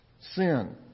Sin